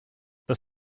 that